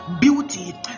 beauty